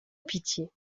pitié